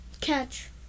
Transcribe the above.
Catch